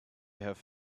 have